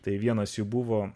tai vienas jų buvo